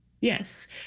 Yes